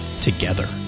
together